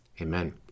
Amen